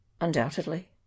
Undoubtedly